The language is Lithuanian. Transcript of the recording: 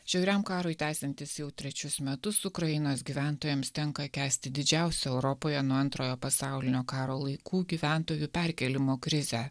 žiauriam karui tęsiantis jau trečius metus ukrainos gyventojams tenka kęsti didžiausią europoje nuo antrojo pasaulinio karo laikų gyventojų perkėlimo krizę